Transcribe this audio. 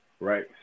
right